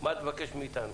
מה את מבקשת מאיתנו?